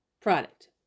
product